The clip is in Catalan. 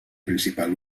principal